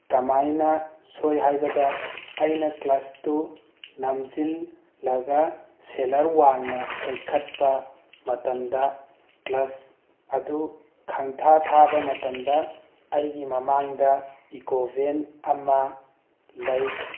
ꯀꯃꯥꯏꯅ ꯁꯣꯏ ꯍꯥꯏꯕꯗ ꯑꯩꯅ ꯀ꯭ꯂꯁꯇꯨ ꯅꯝꯁꯤꯜꯂꯒ ꯁꯦꯜꯂꯔ ꯋꯥꯡꯅ ꯂꯩꯈꯠꯄ ꯃꯇꯝꯗ ꯀ꯭ꯂꯁ ꯑꯗꯨ ꯈꯪꯊꯥ ꯊꯥꯕ ꯃꯇꯝꯗ ꯑꯩꯒꯤ ꯃꯃꯥꯡꯗ ꯏꯀꯣ ꯚꯦꯟ ꯑꯃ ꯂꯩ